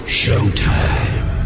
showtime